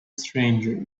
strangers